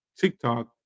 TikTok